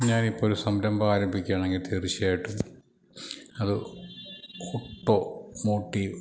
ഞാൻ ഇപ്പോൾ ഒരു സംരംഭം ആരംഭിക്കുകയാണെങ്കിൽ തീർച്ചയായിട്ടും അത് ഓട്ടോ മോട്ടീവ്